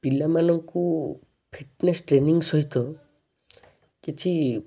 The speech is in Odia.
ପିଲାମାନଙ୍କୁ ଫିଟନେସ ଟ୍ରେନିଂ ସହିତ କିଛି